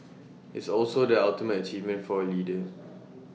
it's also the ultimate achievement for A leader